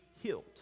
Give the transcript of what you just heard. healed